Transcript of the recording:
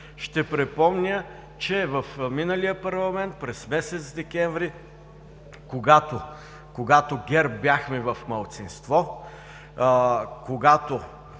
Ще напомня, че в миналия парламент през месец декември, когато от ГЕРБ бяхме в малцинство, когато